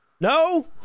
No